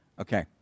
Okay